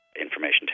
information